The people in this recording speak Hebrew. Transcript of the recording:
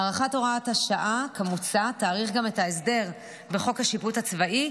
הארכת הוראת השעה כמוצע תאריך גם את ההסדר בחוק השיפוט הצבאי,